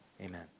amen